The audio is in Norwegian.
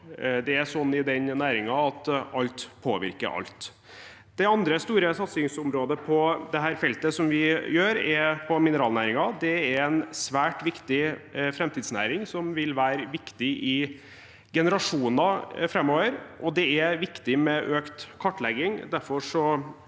den næringen at alt påvirker alt. Den andre store satsingen vi gjør på dette feltet, er på mineralnæringen. Det er en svært viktig framtidsnæring som vil være viktig i generasjoner framover, og det er viktig med økt kartlegging.